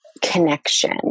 connection